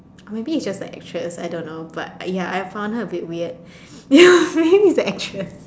or maybe it's just the actress I don't know but ya I found her a bit weird ya maybe it's the actress